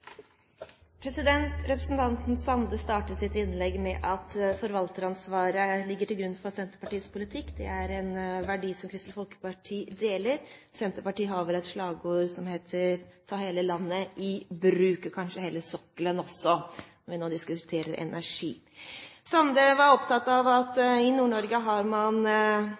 en verdi som Kristelig Folkeparti deler. Senterpartiet har vel et slagord som heter «Ta hele landet i bruk» – kanskje hele sokkelen også, når vi nå diskuterer energi. Sande var opptatt av at i Nord-Norge har man